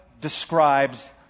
describes